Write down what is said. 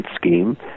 scheme